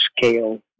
scale